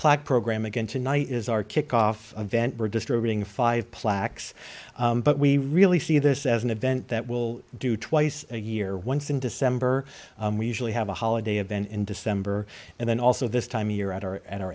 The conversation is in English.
plaque program again tonight is our kickoff event we're distributing five plaques but we really see this as an event that will do twice a year once in december we usually have a holiday event in december and then also this time of year at our and our